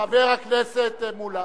חבר הכנסת מולה.